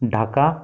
Dhaka